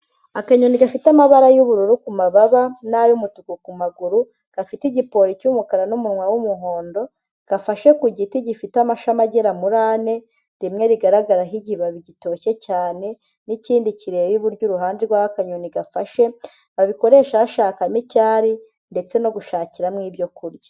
Akanyoni gafite amabara y'ubururu ku mababa n'ay'umutuku ku maguru, gafite igipori cy'umukara n'umunwa w'umuhondo gafashe ku giti gifite amashami agera muri ane, rimwe rigaragaraho ikibabi gitoshye cyane n'ikindi kireba iburyo uruhande rw'aho akanyoni gafashe, babikoresha bashakamo icyari ndetse no gushakiramo ibyo kurya.